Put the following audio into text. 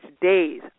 Days